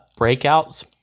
breakouts